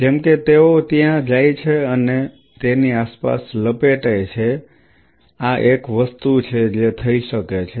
જેમ કે તેઓ ત્યાં જાય છે અને તેની આસપાસ લપેટે છે આ એક વસ્તુ છે જે થઈ શકે છે